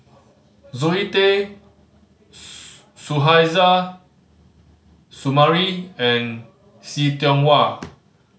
Zoe Tay Suzairhe Sumari and See Tiong Wah